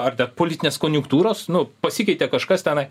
ar dėl politinės konjunktūros nu pasikeitė kažkas tenai